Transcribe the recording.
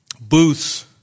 booths